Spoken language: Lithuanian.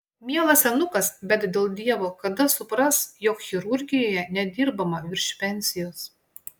mielas senukas bet dėl dievo kada supras jog chirurgijoje nedirbama virš pensijos